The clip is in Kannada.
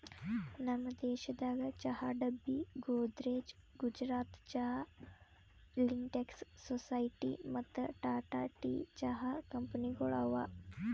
ನಮ್ ದೇಶದಾಗ್ ಚಹಾ ಡಬ್ಬಿ, ಗೋದ್ರೇಜ್, ಗುಜರಾತ್ ಚಹಾ, ಲಿಂಟೆಕ್ಸ್, ಸೊಸೈಟಿ ಮತ್ತ ಟಾಟಾ ಟೀ ಚಹಾ ಕಂಪನಿಗೊಳ್ ಅವಾ